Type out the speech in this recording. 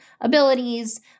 abilities